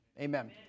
Amen